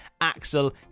axel